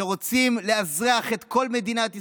שרוצים לאזרח את כל מדינת ישראל,